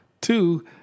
Two